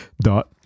Dot